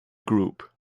group